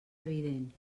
evident